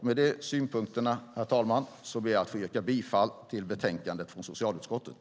Med de synpunkterna, herr talman, ber jag att få yrka bifall till förslaget i betänkandet från socialutskottet.